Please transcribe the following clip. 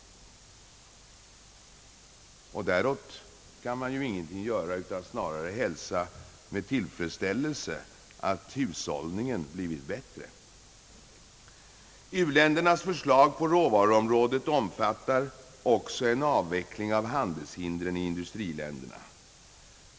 Däråt kan man ju ingenting göra, utan vi får snarare hälsa med tillfredsställelse att hushållningen blivit bättre. U-ländernas förslag på råvaruområdet omfattar också en avveckling av handelshindren i industriländerna.